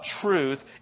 truth